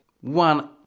one